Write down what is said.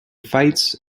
fights